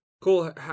cool